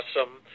awesome